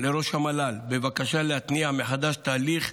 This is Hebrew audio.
לראש המל"ל בבקשה להתניע מחדש תהליך,